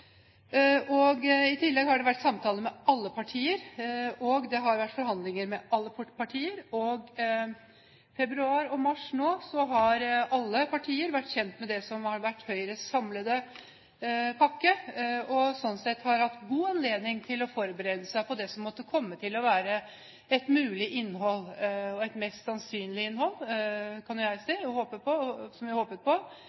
tidsplan. I tillegg har det vært samtaler med alle partier, og det har vært forhandlinger med alle partier. I februar og mars nå har alle partier vært kjent med det som har vært Høyres samlede pakke, og har sånn sett hatt god anledning til å forberede seg på det som måtte komme til å være et mulig innhold, og et mest sannsynlig innhold – kan jo jeg si – som jeg håpet på,